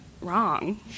wrong